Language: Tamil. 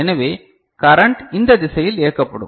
எனவே கரன்ட் இந்த திசையில் இயக்கப்படும்